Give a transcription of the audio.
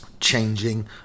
changing